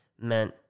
meant